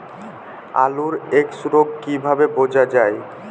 আলুর এক্সরোগ কি করে বোঝা যায়?